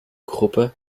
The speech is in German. gruppe